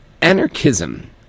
anarchism